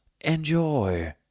enjoy